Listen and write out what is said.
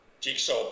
jigsaw